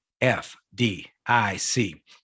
f-d-i-c